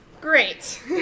Great